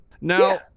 now